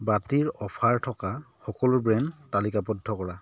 বাতিৰ অফাৰ থকা সকলো ব্ৰেণ্ড তালিকাবদ্ধ কৰা